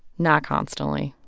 not constantly.